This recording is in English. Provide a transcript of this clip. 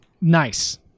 Nice